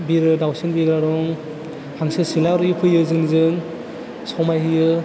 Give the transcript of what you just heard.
बिरो दाउसिन बिरग्रा दं हांसो सिलारि फैयो जोंजों समाय होयो